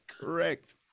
Correct